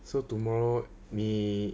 so tomorrow 你